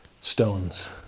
stones